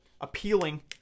Appealing